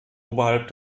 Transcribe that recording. oberhalb